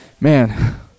man